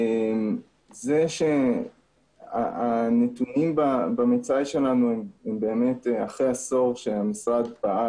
זה שהנתונים --- שלנו הם אחרי עשור שהמשרד פעל